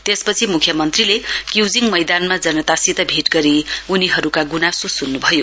त्यसपछि मुख्यमन्त्रीले क्यूजिङ मैदानमा जनतासित भेट गरी उनीहरूको गुनासो सुन्नुभयो